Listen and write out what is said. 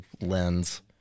lens